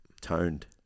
toned